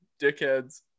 dickheads